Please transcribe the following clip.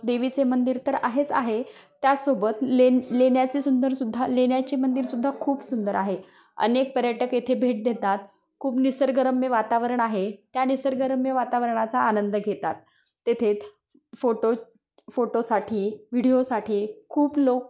देवीचे मंदिर तर आहेच आहे त्यासोबत लेन लेण्याचे सुंदरसुद्धा लेण्याचे मंदिरसुद्धा खूप सुंदर आहे अनेक पर्यटक येथे भेट देतात खूप निसर्गरम्य वातावरण आहे त्या निसर्गरम्य वातावरणाचा आनंद घेतात तेथे फोटो फोटोसाठी व्हिडिओसाठी खूप लोक